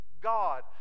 God